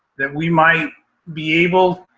that we might be able